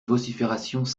vociférations